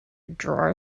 drawer